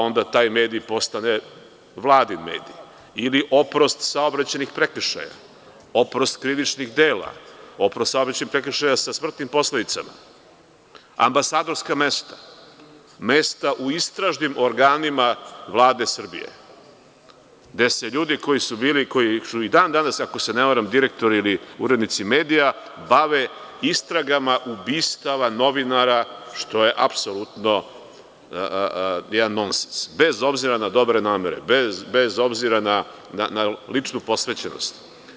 Onda taj medij postane Vladin medij ili oprost saobraćajnih prekršaja, oprost krivičnih dela, oprost saobraćajnih prekršaja sa smrtnim posledicama, ambasadorska mesta, mesta u istražnim organima Vlade Srbije gde se ljudi koji su bili, koji su i dan danas, ako se ne varam direktori ili urednici medija, bave istragama ubistva novinara, što je apsolutno jedan non sens, bez obzira na dobre namere, bez obzira na ličnu posvećenost.